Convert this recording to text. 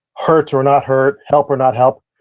hurt or not hurt, help or not help,